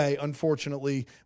unfortunately